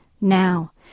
now